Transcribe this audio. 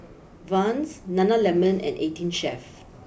Vans Nana Lemon and eighteen Chef